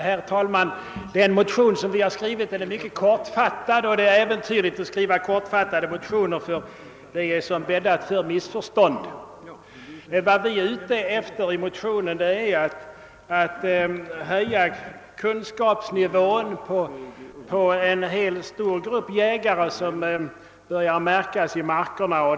Herr talman! Den motion som vi har skrivit är mycket kortfattad, och det är tydligen riskabelt med kortfattade motioner, ty det är då som bäddat för missförstånd. Vad vi åsyftar med motionen är att kunskapsnivån skall höjas hos en stor grupp jägare som börjar märkas i markerna.